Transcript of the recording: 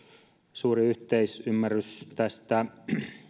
suuri yhteisymmärrys tästä